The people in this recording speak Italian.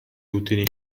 utili